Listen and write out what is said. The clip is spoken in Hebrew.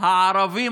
לאזרחים הערבים,